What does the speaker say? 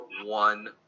one